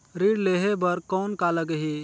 ऋण लेहे बर कौन का लगही?